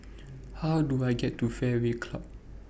How Do I get to Fairway Club